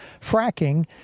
fracking